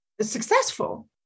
successful